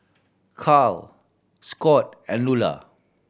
Cael Scott and Lula